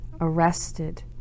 arrested